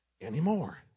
anymore